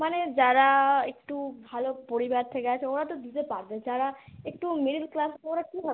মানে যারা একটু ভালো পরিবার থেকে আসে ওরা তো দিতে পারবে যারা একটু মিডিল ক্লাস ওরা কীভাবে